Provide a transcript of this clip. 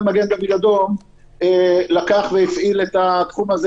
גם מגן דוד אדום הפעיל את התחום הזה